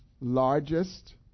largest